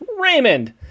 Raymond